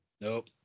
nope